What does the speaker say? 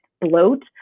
bloat